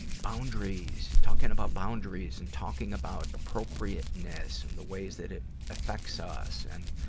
boundaries. talking about boundaries and talking about appropriateness and the ways that it affects us. and,